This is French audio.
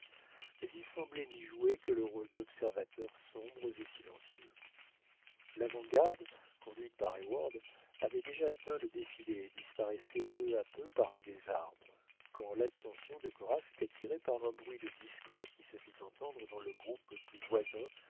mais ils semblaient n'y jouer que le rôle d'observateurs sombres et silencieux l'avant-garde conduite par heyward avait déjà atteint le défilé et disparaissait peu à peu parmi les arbres quand l'attention de cora fut attirée par un bruit de discorde qui se fit entendre dans le groupe le plus voisin